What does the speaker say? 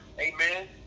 amen